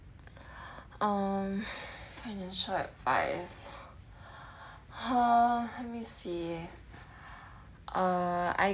um financial advice ha let me see err I